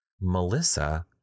Melissa